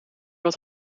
wat